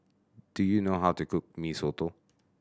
do you know how to cook Mee Soto